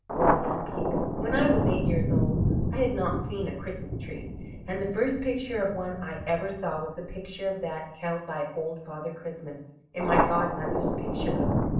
well, young people, when i was eight years old i had not seen a christmas-tree, and the first picture of one i ever saw was the picture of that held by old father christmas in my godmother's picture-book.